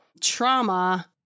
trauma